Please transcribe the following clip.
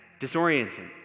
disorienting